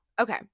Okay